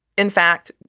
in fact,